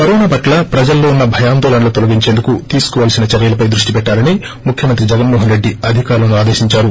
corona పట్ల ప్రజల్లో ఉన్న భయాందోళనలు తొలగించేందుకు తీసుకోవాల్సిన్న చర్యలపై దృష్ణి పెట్లాలని ముఖ్యమంత్రి జగన్మోహన్రెడ్డి అధికారులను ఆదేశించారు